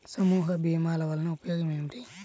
సమూహ భీమాల వలన ఉపయోగం ఏమిటీ?